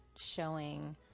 showing